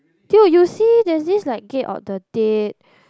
dude you see there's this like gate of the dead